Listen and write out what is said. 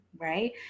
right